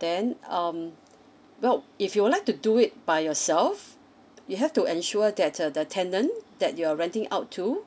then um well if you would like to do it by yourself you have to ensure that uh the tenant that you're renting out to